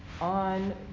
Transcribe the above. on